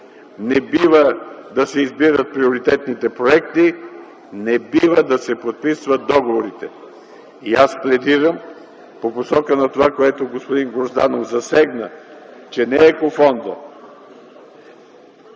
не бива да се избират приоритетните проекти, не бива да се подписват договорите. Аз пледирам по посока на това, което засегна господин Грозданов, че не екофондът,